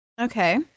Okay